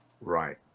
Right